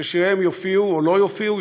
ששיריהם יופיעו או לא יופיעו,